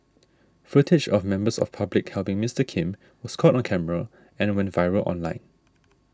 footage of members of public helping Mister Kim was caught on camera and went viral online